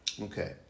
Okay